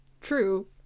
true